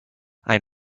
ein